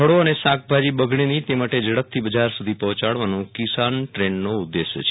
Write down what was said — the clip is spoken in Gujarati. ફળો અને શાકભાજી બગડે નહીં તે માટે ઝડપથી બજાર સુધી પહોંચાડવાનો કિસાન ટનનો ઉદેશ છે